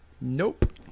Nope